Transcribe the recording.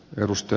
rusty